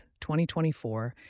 2024